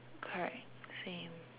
correct same